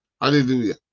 hallelujah